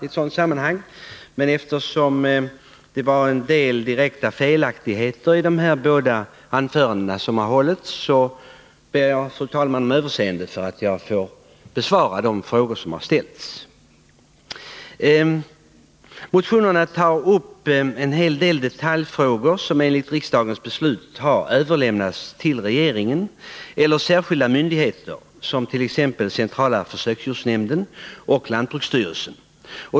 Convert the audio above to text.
Men eftersom de två tidigare anförandena innehöll en del direkta felaktigheter ber jag, fru talman, om överseende för att jag besvarar de frågor som har ställts. I motionerna tas upp en hel del detaljfrågor, som enligt riksdagens beslut har överlämnats till regeringen eller särskilda myndigheter, exempelvis centrala försöksdjursnämnden och lantbruksstyrelsen.